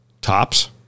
Tops